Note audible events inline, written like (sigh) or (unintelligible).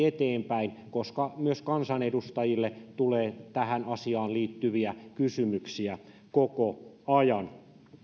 (unintelligible) eteenpäin koska myös kansanedustajille tulee tähän asiaan liittyviä kysymyksiä koko ajan